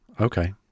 Okay